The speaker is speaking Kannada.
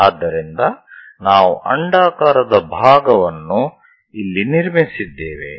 ಆದ್ದರಿಂದ ನಾವು ಅಂಡಾಕಾರದ ಭಾಗವನ್ನು ಇಲ್ಲಿ ನಿರ್ಮಿಸಿದ್ದೇವೆ